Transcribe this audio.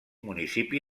municipi